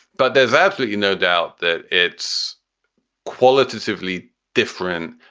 but there's absolutely no doubt that it's qualitatively different.